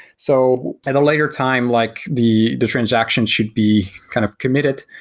so at a later time, like the the transaction should be kind of committed.